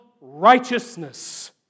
righteousness